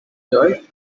joy